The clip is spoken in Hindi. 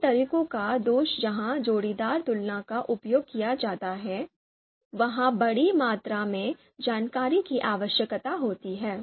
इन तरीकों का दोष जहां जोड़ीदार तुलना का उपयोग किया जाता है वहां बड़ी मात्रा में जानकारी की आवश्यकता होती है